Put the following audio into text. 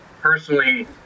personally